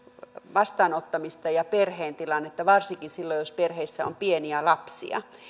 vastaanottamista ja perheen tilannetta varsinkin silloin jos perheessä on pieniä lapsia